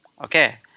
Okay